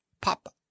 pop